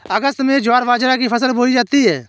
अगस्त में ज्वार बाजरा की फसल बोई जाती हैं